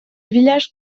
village